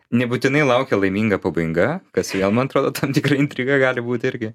nebūtinai laukia laiminga pabaiga kas vėl man atrodo tam tikra intriga gali būti irgi